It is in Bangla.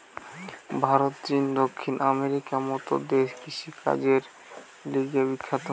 ভারত, চীন, দক্ষিণ আমেরিকার মত দেশ কৃষিকাজের লিগে বিখ্যাত